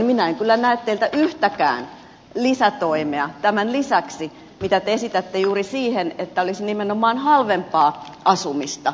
minä en kyllä näe teiltä yhtäkään lisätoimea tämän lisäksi mitä te esitätte juuri siihen että olisi nimenomaan halvempaa asumista